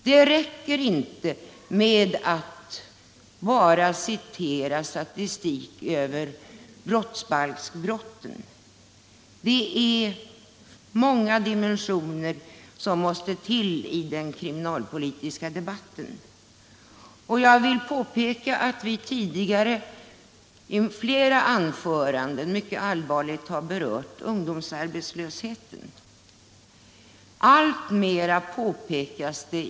Det räcker inte att ange statistik över brottsbalksbrotten — problemet har flera dimensioner, som måste föras in i den kriminalpolitiska debatten. Från vårt håll har tidigare i flera anföranden berörts ungdomsarbetslösheten.